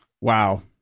wow